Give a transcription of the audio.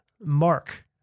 mark